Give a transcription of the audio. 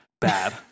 bad